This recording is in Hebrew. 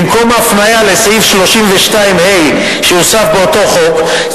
במקום ההפניה לסעיף 32ה שהוסף באותו חוק,